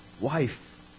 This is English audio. wife